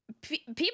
People